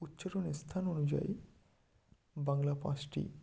উচ্চারণের স্থান অনুযায়ী বাংলা পাঁচটি